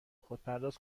خودپرداز